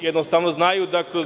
Jednostavno znaju da kroz